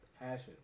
passion